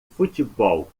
futebol